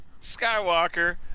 Skywalker